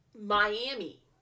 Miami